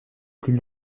plus